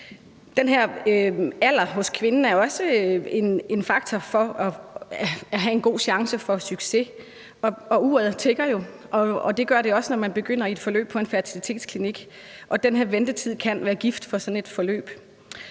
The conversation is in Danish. kvindens alder er jo også en faktor for at have en god chance for succes. Uret tikker jo, og det gør det også, når man begynder i et forløb på en fertilitetsklinik, og den her ventetid kan være gift for sådan et forløb.